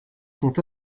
sont